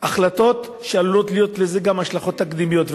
החלטות שעלולות להיות להן גם השלכות תקדימיות.